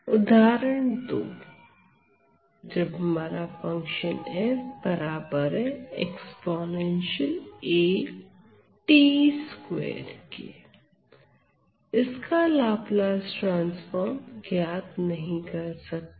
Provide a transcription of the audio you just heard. उदाहरण 2 इसका Laplace transform ज्ञात नहीं कर सकते क्यों